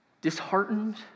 disheartened